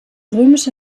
römische